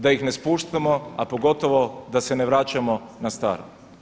Da ih ne spuštamo, a pogotovo da se ne vraćamo na staro.